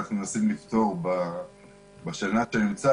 שאנחנו מנסים לפתור בשנה שאני נמצא,